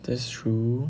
that's true